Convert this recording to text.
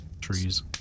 Trees